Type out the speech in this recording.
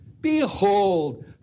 Behold